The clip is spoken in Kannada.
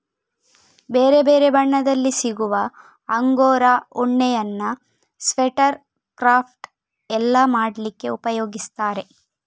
ಬೇರೆ ಬೇರೆ ಬಣ್ಣದಲ್ಲಿ ಸಿಗುವ ಅಂಗೋರಾ ಉಣ್ಣೆಯನ್ನ ಸ್ವೆಟರ್, ಕ್ರಾಫ್ಟ್ ಎಲ್ಲ ಮಾಡ್ಲಿಕ್ಕೆ ಉಪಯೋಗಿಸ್ತಾರೆ